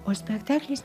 o spektaklis